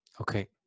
Okay